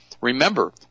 Remember